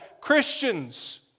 Christians